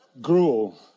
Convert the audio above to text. gruel